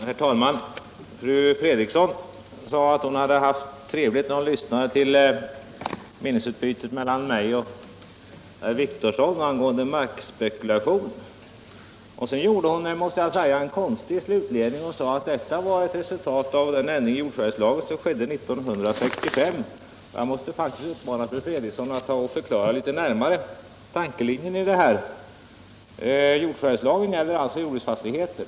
Herr talman! Fru Fredrikson sade att det hade varit trevligt att lyssna till meningsutbytet mellan mig och herr Wictorsson angående markspekulation. Sedan kom hon fram till en konstig slutledning, nämligen att markspekulationen var ett resultat av den ändring i jordförvärvslagen som skedde 1965. Jag måste faktiskt uppmana fru Fredrikson att litet närmare förklara sin tankelinje i detta fall. Jordförvärvslagen gäller jordbruksfastigheter.